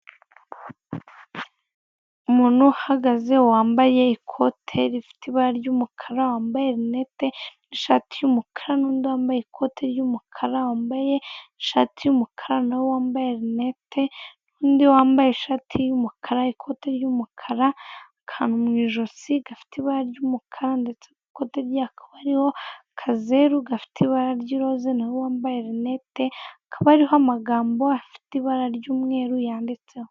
Umuntu uhagaze wambaye ikote rifite ibara ry'umukara, wambaye rinete n'ishati y'umukara, n'undi wambaye ikoti ry'umukara, wambaye ishati y'umukara n'uwambaye rinete n'undi wambaye ishati y'umukara n'ikote ry'umukara akantu mu ijosi gafite ibara ry'umukara ndetse ku ikote rye hakaba hariho akazeru gafite ibara ry'iroza, naho uwambaye rinete akaba ariho amagambo afite ibara ry'umweru yanditseho.